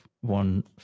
one